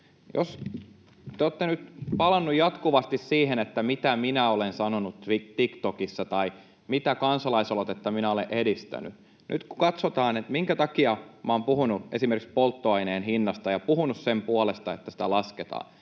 Jos te olette nyt palanneet jatkuvasti siihen, mitä minä olen sanonut TikTokissa tai mitä kansalaisaloitetta minä olen edistänyt, niin nyt kun katsotaan, minkä takia minä olen puhunut esimerkiksi polttoaineen hinnasta ja puhunut sen puolesta, että sitä lasketaan,